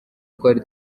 twari